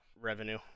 revenue